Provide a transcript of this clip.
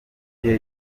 gihe